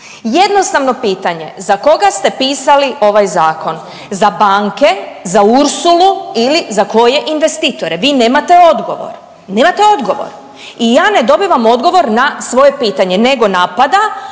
Jednostavno pitanje, za koga ste pisali ovaj zakon? Za banke, za Ursulu ili za koje investitore? Vi nemate odgovor. Nemate odgovor. I ja ne dobivam odgovor na svoje pitanje nego napada